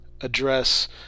address